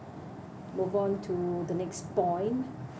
move on to the next point